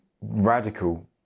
radical